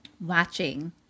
watching